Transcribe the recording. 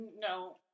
no